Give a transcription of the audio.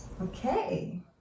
Okay